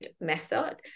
method